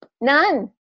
None